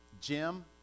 Jim